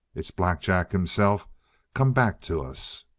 it's black jack himself come back to us!